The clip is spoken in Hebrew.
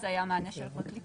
אז היה מענה של הפרקליטות,